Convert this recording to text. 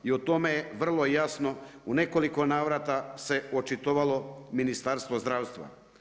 I o tome je vrlo jasno u nekoliko navrata se očitovalo Ministarstvo zdravstva.